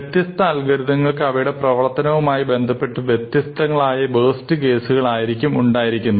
വ്യത്യസ്ത അൽഗോരിതങ്ങൾക്ക് അവയുടെ പ്രവർത്തനവുമായി ബന്ധപ്പെട്ട് വ്യത്യസ്തങ്ങളായ വേസ്റ്റ് കേസുകൾ ആയിരിക്കും ഉണ്ടായിരിക്കുന്നത്